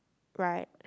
right